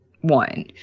one